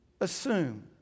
assume